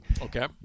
Okay